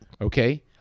Okay